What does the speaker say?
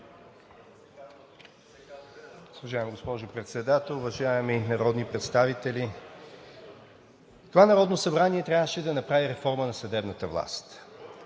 Уважаема госпожо Председател, уважаеми народни представители! Това Народно събрание трябваше да направи реформа на съдебната власт.